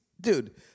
Dude